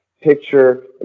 picture